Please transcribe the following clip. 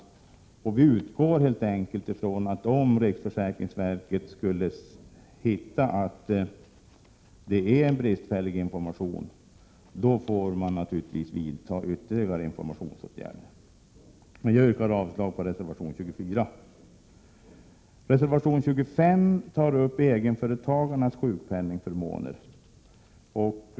Vi i utskottsmajoriteten utgår helt enkelt ifrån att om riksförsäkringsverket skulle finna att det i det här fallet är fråga om bristfällig information, så får man naturligtvis vidta ytterligare informationsåtgärder. Jag yrkar avslag på reservation 24. I reservation 25 tar man upp egenföretagarnas sjukpenningförmåner.